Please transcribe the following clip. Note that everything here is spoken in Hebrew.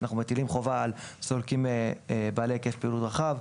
אנחנו מטילים חובה על סולקים בעלי היקף פעילות רחב,